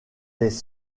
des